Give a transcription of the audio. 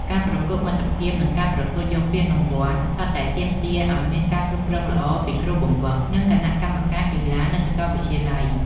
ការប្រកួតមិត្តភាព និងការប្រកួតយកពានសុទ្ធតែទាមទារឲ្យមានការគ្រប់គ្រងល្អពីគ្រូបង្វឹក និងគណៈកម្មការកីឡានៅសាកលវិទ្យាល័យ។